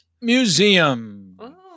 Museum